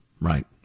Right